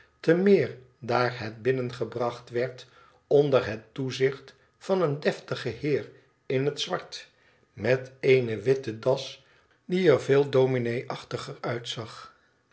te meer daar het binnengebracht werd onder het toezicht van een deftig heer in het zwart met eene witte das die er veel dominéachtiger uitzag